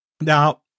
Now